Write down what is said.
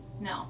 No